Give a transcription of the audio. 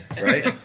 right